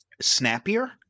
snappier